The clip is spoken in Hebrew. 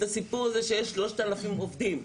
את הסיפור הזה שיש 3,000 עובדים,